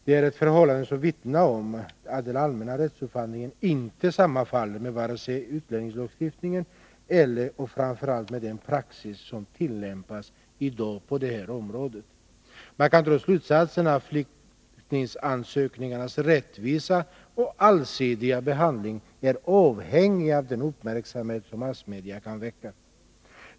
Det är ett förhållande som vittnar om att den allmänna rättsuppfattningen inte sammanfaller med vare sig utlänningslagstiftningen eller — och framför allt — med den praxis som tillämpas i dag på det här området. Man kan dra slutsatsen att flyktingansökningarnas rättvisa och allsidiga behandling är avhängig av den uppmärksamhet som massmedia kan väcka.